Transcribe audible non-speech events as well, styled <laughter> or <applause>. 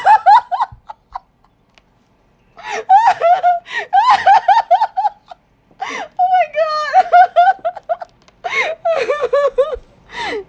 <laughs> oh my god <laughs>